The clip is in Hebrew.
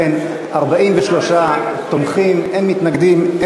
העלאת הסיוע לניצולים והגבלת איתור נכסים ויורשים),